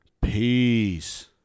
Peace